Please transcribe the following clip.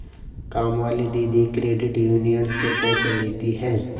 कामवाली दीदी credit union से पैसे लेती हैं